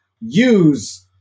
use